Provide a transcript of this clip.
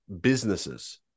Businesses